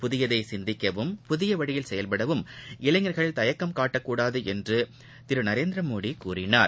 புதியதை சிந்திக்கவும் புதிய வழியில் செயவ்படவும் இளைஞர்கள் தயக்கம் காட்டக்கூடாது என்றும் திரு நரேந்திரமோடி கூறினார்